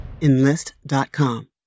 Enlist.com